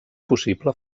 possible